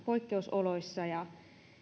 poikkeusoloissa ja